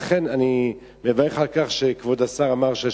לכן אני מברך על כך שכבוד השר אמר שיש